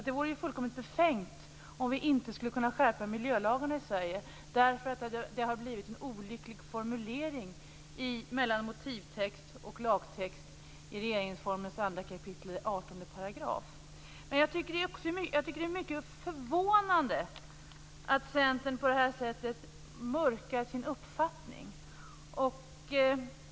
Det vore fullständigt befängt om vi inte skulle kunna skärpa miljölagarna i Sverige på grund av en olycklig formuleringskillnad i motivtext och lagtext i regeringsformens kap. 2 § 18. Jag tycker att det är mycket förvånande att Centern på det här sättet mörkar sin uppfattning.